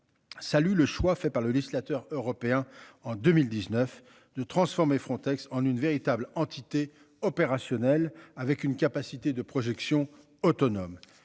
Salut le choix fait par le législateur européen en 2019. 2 transformer Frontex en une véritable entité opérationnelle avec une capacité de projection autonome